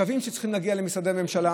את הקווים שצריכים להגיע למשרדי הממשלה